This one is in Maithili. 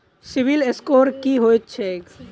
सिबिल स्कोर की होइत छैक?